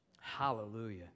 Hallelujah